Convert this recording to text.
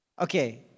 okay